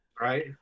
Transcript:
Right